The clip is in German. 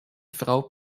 frau